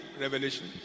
revelation